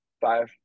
Five